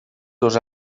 dos